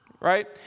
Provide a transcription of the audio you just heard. right